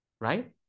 right